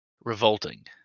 revolting